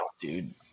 dude